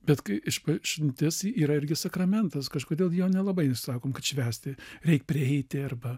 bet kai išpažintis yra irgi sakramentas kažkodėl jo nelabai sakom kad švęsti reik prieiti arba